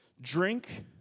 drink